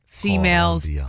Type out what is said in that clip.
Females